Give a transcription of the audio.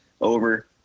over